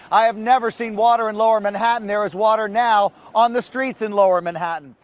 i have never seen water in lower manhattan. there is water now on the streets in lower manhattan.